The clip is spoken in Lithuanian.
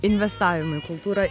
investavimą į kultūrą